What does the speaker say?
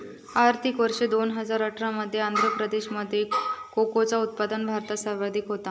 आर्थिक वर्ष दोन हजार अठरा मध्ये आंध्र प्रदेशामध्ये कोकोचा उत्पादन भारतात सर्वाधिक होता